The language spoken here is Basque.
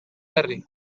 berri